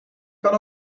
kan